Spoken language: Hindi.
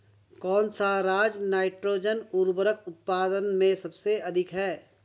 कौन सा राज नाइट्रोजन उर्वरक उत्पादन में सबसे अधिक है?